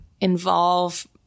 involve